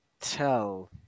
Tell